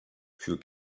für